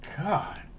god